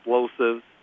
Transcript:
explosives